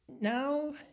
now